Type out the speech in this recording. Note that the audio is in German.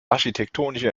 architektonische